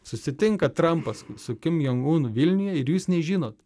susitinka trampas su kim jongunu vilniuje ir jūs nežinot